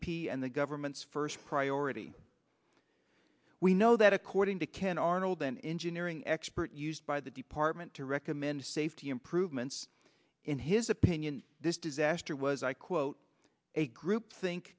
p and the government's first priority we know that according to caen arnold an engineering expert used by the department to recommend safety improvements in his opinion this disaster was i quote a groupthink